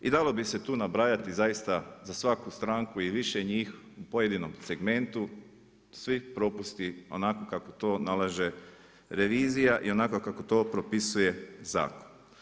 I dalo bi se tu nabrajati zaista za svaku stranku i više njih u pojedinom segmentu, svi propusti onako kako to nalaže revizija i onako kako to propisuje zakon.